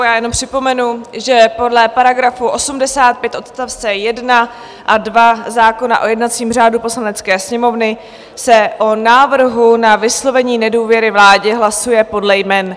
Já jenom připomenu, že podle § 85 odst. 1 a 2 zákona o jednacím řádu Poslanecké sněmovny se o návrhu na vyslovení nedůvěry vládě hlasuje podle jmen.